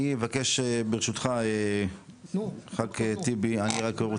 אני אבקש ברשותך חבר הכנסת אחמד טיבי את נור,